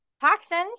toxins